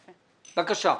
בבקשה.